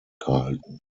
gehalten